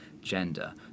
gender